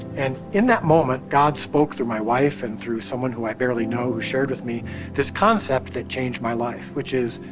and in that moment, god spoke through my wife and through someone who i barely know who shared with me this concept that changed my life. which is,